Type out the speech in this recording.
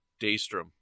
Daystrom